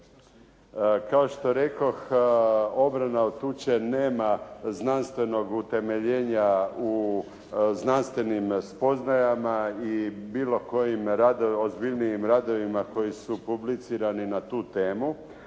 Kao što rekoh obrana od tuče nema znanstvenog utemeljenja u znanstvenim spoznajama i bilo kojim ozbiljnijim radovima koji su publicirani na tu temu,